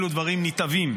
אלו דברים נתעבים.